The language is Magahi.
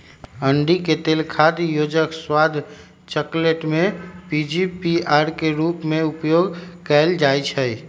अंडिके तेल खाद्य योजक, स्वाद, चकलेट में पीजीपीआर के रूप में उपयोग कएल जाइछइ